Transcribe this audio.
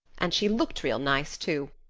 and she looked real nice too.